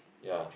ya